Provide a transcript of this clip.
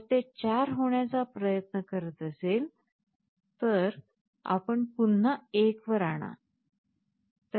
जर ते 4 होण्याचा प्रयत्न करत असेल तर आपण पुन्हा 1 वर आणा